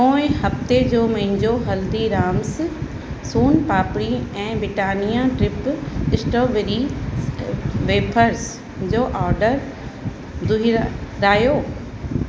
पोइ हफ़्ते जो मुंहिंजो हल्दीराम्स सोन पापड़ी ऐं बिटानिया ड्रिप स्ट्रॉबेरी वेफर्स जो ऑडर दुहिरायो